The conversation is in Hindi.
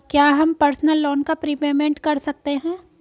क्या हम पर्सनल लोन का प्रीपेमेंट कर सकते हैं?